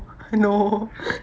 no